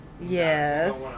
Yes